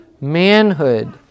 manhood